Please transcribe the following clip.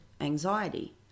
anxiety